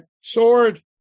Sword